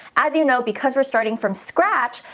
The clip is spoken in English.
as you know, because we're starting from scratch,